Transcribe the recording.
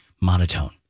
monotone